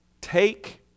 take